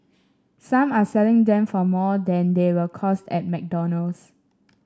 some are selling them for more than they will cost at McDonald's